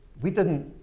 we didn't